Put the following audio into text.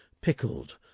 pickled